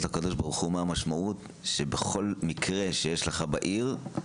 לקדוש-ברוך-הוא מה המשמעות שבכל מקרה שיש לך בעיר,